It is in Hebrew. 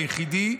היחידי,